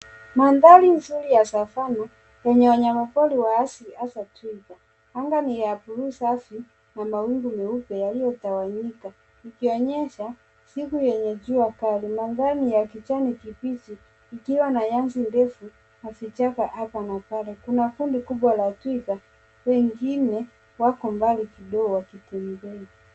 Mandhari nzuri ya savana yenye wanyama pori wa asili hasa twika anga nj ya blue Safi na mawingu mweupe yaliotawanyika ikionyesha siku yenye jua kali. Mandhari ni ya kijani kibichi ikiwa na nyasi ndefu na vichaka hapa na pal. Kuna kundi kubwa la twika na wengine wako mbali kidogo wakitembea.